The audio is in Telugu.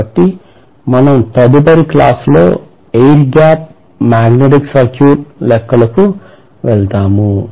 కాబట్టి మనం తదుపరి క్లాసు లో ఎయిర్ గ్యాప్ మాగ్నెటిక్ సర్క్యూట్ లెక్కలకు వెళ్తాము